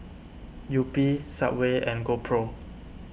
Yupi Subway and GoPro